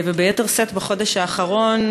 וביתר שאת בחודש האחרון,